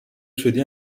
شدی